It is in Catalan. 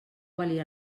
valia